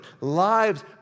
lives